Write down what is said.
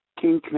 King